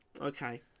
Okay